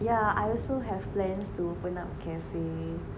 yeah I also have plans to open up the cafe